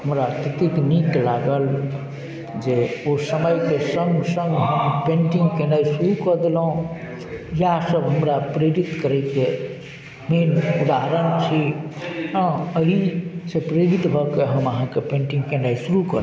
हमरा ततेक नीक लागल जे ओ समयके सङ्ग सङ्ग हम पेन्टिंग केनाइ शुरू कऽ देलहुँ इएह सभ हमरा प्रेरित करयके मेन उदाहरण छी हँ अहिसँ प्रेरित भऽ कऽ हम अहाँके पेन्टिंग केनाइ शुरू कऽ